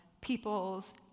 people's